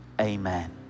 amen